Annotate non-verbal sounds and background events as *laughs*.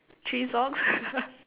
three socks *laughs*